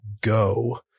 go